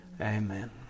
Amen